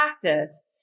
practice